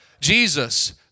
Jesus